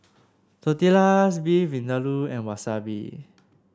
Tortillas Beef Vindaloo and Wasabi